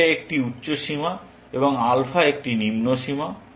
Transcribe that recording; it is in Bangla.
বিটা একটি উচ্চ সীমা এবং আলফা একটি নিম্ন সীমা